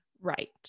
Right